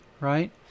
right